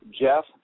Jeff